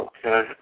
Okay